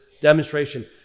demonstration